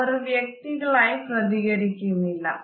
അവർ വ്യക്തികളായി പ്രതികരിക്കുന്നില്ല